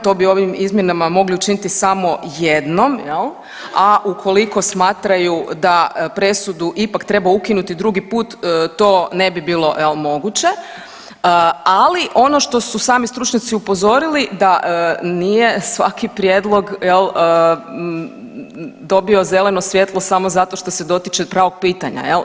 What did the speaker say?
To bi ovim izmjenama mogli učiniti samo jednom, je li, a ukoliko smatraju da presudu ipak treba ukinuti drugi put, to ne bi bilo, je li, moguće, ali ono što su sami stručnjaci upozorili, da nije svaki prijedlog, je li, dobio zeleno svjetlo samo zato što se dotiče pravog pitanja, je li?